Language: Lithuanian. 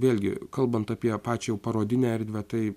vėlgi kalbant apie pačią parodinę erdvę tai